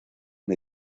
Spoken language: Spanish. una